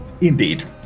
Indeed